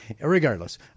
regardless